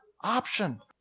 option